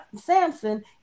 samson